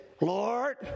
Lord